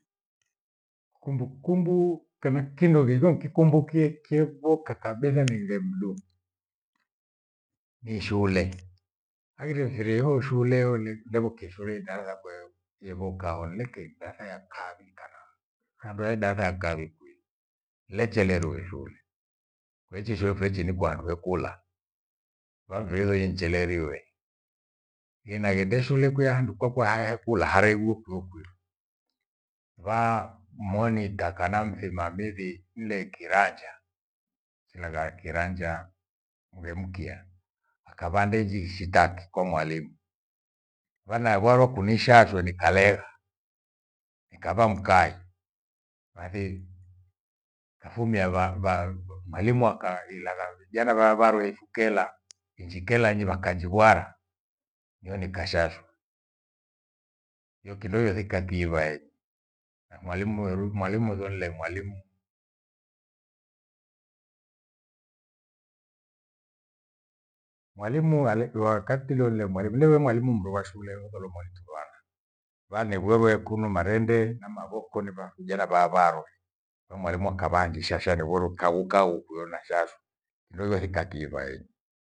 Кumbukumbu kana kindo gigo nkikumbukie chevoka kabitha nighe mdu, ní shule. Aghire mfiri hau shule, ole- nekikushore darasa yakwe yevoka wo nilekei darasa ya kawi kana, kando ei idarasa ya kawi kwi nilechererue shule. Kaishi shule ferichi nikuhandu hekula, kuhangi wedhe inichereriwe. Genagende shule kwiya handu kwaka haya kula harehuwa kwiyo kwiyo. Va monita kana mthimamizi nne kiranja silagha kiranja mungemukia. Akava andeni shitaki kwa mwalimu, vanaevarwo kunishasho nikalegha nikava mkai. Basi kafumia ma-mwalimu akailagha vijana va- varue sikela injikelanyi wakanjigwara, nio nikashazwa. Hiyo kindo ethikatiwa enyu na mwalimu roeru mwalimu nothoule mwalimu. Mwalimu alekiwa wakati liore ni mwalimu ndio wele mwarimu mro wa shule ho Solomoni Tuvana. Vane gweriwe kunu marende na mavoko ni vafijana vavarwe ka mwalimu akavaa anjishasha ni vuruka uka ukwiyo na shazu kindo kithika kiva enyu.